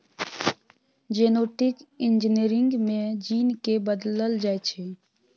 genetic engineering मे gene केँ बदलल जाइ छै